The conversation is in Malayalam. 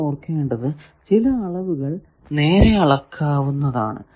നിങ്ങൾ ഓർക്കേണ്ടത് ചില അളവുകൾ നേരെ അളക്കാവുന്നതാണ്